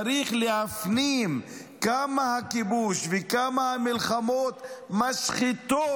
צריך להפנים כמה הכיבוש והמלחמות משחיתים.